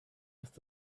ist